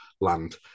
land